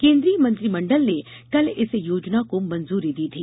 केन्द्रीय मंत्रिमंडल ने कल इस योजना को मंजूरी दी थी